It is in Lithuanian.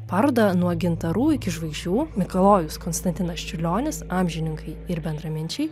parodą nuo gintarų iki žvaigždžių mikalojus konstantinas čiurlionis amžininkai ir bendraminčiai